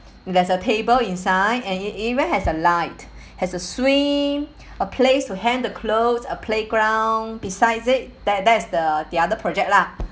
there's a table inside and it it even has a light has a swing a place to hang the clothes a playground besides it that that's the the other project lah